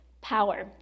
power